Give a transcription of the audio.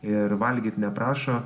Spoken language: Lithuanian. ir valgyt neprašo